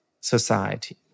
society